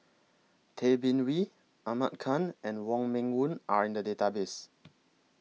Tay Bin Wee Ahmad Khan and Wong Meng Voon Are in The Database